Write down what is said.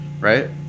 right